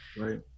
right